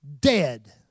Dead